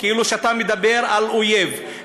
כאילו שאתה מדבר על אויב,